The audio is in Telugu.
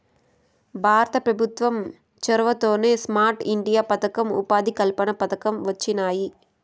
భారత పెభుత్వం చొరవతోనే స్మార్ట్ ఇండియా పదకం, ఉపాధి కల్పన పథకం వొచ్చినాయి